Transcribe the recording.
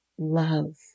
Love